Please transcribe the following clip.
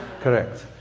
Correct